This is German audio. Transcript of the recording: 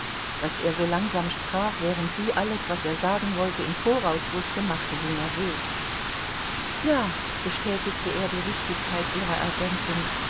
daß er so langsam sprach während sie alles was er sagen wollte im voraus wußte machte sie nervös ja bestätigte er die richtigkeit ihrer ergänzung